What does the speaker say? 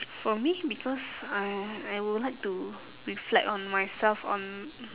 for me because I will I will like to reflect on myself on